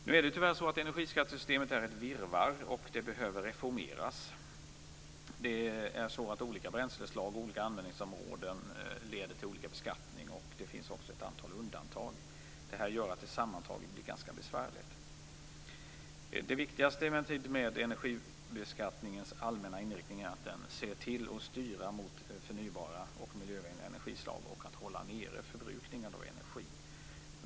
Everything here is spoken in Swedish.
Nu är det tyvärr så att energiskattesystemet är ett virrvarr, och det behöver reformeras. Olika bränsleslag och olika användningsområden leder till olika beskattning. Det finns också ett antal undantag. Det gör att det sammantaget blir ganska besvärligt. Det viktigaste med energibeskattningens allmänna inriktning är emellertid att styra mot förnybara, miljövänliga energislag och att hålla nere förbrukningen av energi.